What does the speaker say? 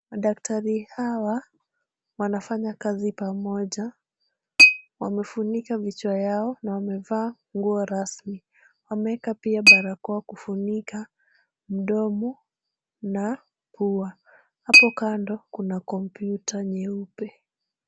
Madaktari hawa wanafanya kazi pamoja. Wamefunika vichwa yao na wamevaa nguo rasmi. Wameeka pia barakoa kufunika mdomo na pua. Hapo kando kuna kompyuta nyeupe.